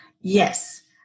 Yes